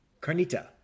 Carnita